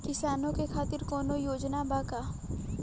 किसानों के खातिर कौनो योजना बा का?